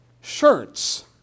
shirts